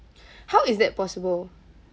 how is that possible